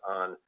on